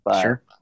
Sure